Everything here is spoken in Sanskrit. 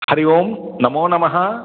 हरि ओं नमो नमः